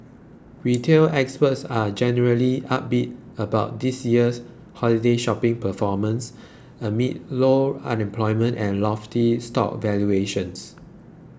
retail experts are generally upbeat about this year's holiday shopping performance amid low unemployment and lofty stock valuations